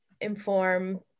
inform